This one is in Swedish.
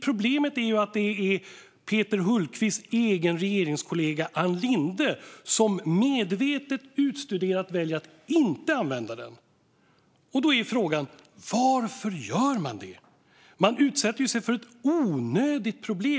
Problemet är att Peter Hultqvists egen regeringskollega Ann Linde medvetet och utstuderat väljer att inte använda denna formulering. Då är frågan: Varför gör man så? Man utsätter sig ju för ett onödigt problem.